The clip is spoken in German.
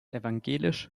evangelisch